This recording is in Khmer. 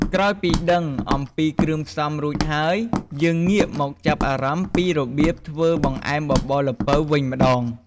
ក្រោយពីដឺងអំពីគ្រឿងផ្សំរួចហើយ យើងងាកមកចាប់អារម្មណ៍ពីរបៀបធ្វើបង្អែមបបរល្ពៅវិញម្តង។